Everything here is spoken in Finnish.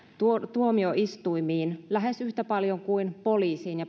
tuomioistuimiin lähes yhtä paljon kuin poliisiin ja